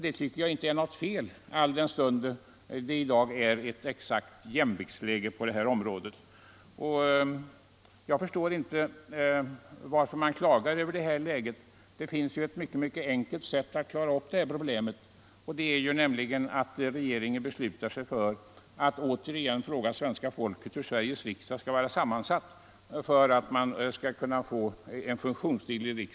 Det tycker jag inte är fel, alldenstund de båda blocken i dag är exakt lika stora. Jag förstår inte varför man klagar över detta läge. Det finns ett mycket enkelt sätt att lösa problemet, nämligen att regeringen beslutar sig för att återigen fråga svenska folket hur Sveriges riksdag skall vara sammansatt för att den skall vara funktionsduglig.